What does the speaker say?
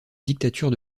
dictature